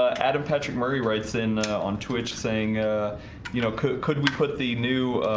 adam patrick murray writes in on twitch saying you know could could we put the new?